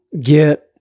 get